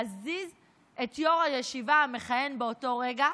להזיז את יו"ר הישיבה המכהן באותו רגע,